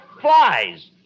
flies